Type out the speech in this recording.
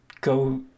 go